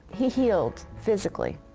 he healed physically,